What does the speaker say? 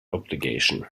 obligation